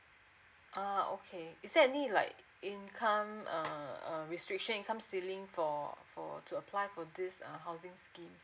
uh okay is there any like income um um restriction income ceiling for for to apply for this um housing scheme